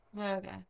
Okay